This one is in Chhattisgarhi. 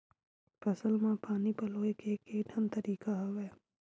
फसल म पानी पलोय के केठन तरीका हवय?